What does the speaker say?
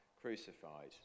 crucified